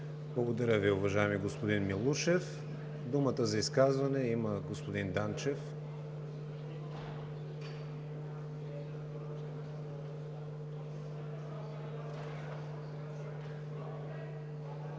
Благодаря Ви, уважаеми господин Милушев. Думата за изказване има господин Данчев.